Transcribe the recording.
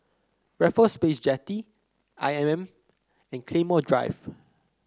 Raffles Place Jetty I M M and Claymore Drive